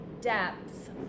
depth